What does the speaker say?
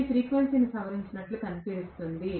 ఇది ఫ్రీక్వెన్సీని సవరించినట్లు కనిపిస్తోంది